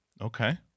Okay